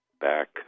back